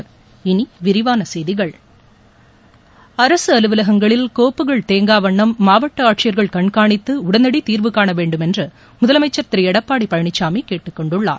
இனி விரிவான செய்திகள் அரசு அலுவலகங்களில் கோப்புகள் தேங்காவண்ணம் மாவட்ட ஆட்சியர்கள் கண்காணித்து உடனடி தீர்வுகாண வேண்டும் என்று முதலமைச்சர் திரு எடப்பாடி பழனிசாமி கேட்டுக்கொண்டுள்ளார்